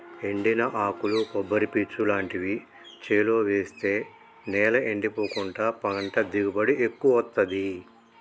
ఎండిన ఆకులు కొబ్బరి పీచు లాంటివి చేలో వేస్తె నేల ఎండిపోకుండా పంట దిగుబడి ఎక్కువొత్తదీ